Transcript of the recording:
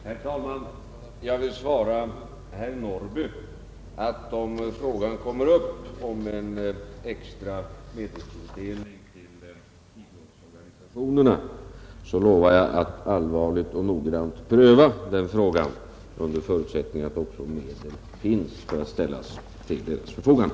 Herr talman! Jag vill svara herr Norrby i Gunnarskog att om frågan kommer upp om en extra medelstilldelning till idrottsorganisationerna, lovar jag att allvarligt och noggrant pröva den frågan under förutsättning att medel finns för att ställas till förfogande.